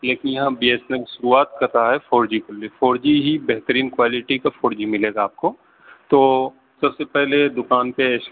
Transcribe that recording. لیکن یہاں B S N L شروعات کر رہا ہے فور جی کے لیے فور جی ہی بہترین کوالٹی کا فور جی ملے گا آپ کو تو سب سے پہلے دوکان پہ